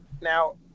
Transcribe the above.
Now